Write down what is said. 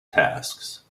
tasks